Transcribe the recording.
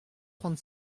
trente